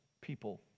people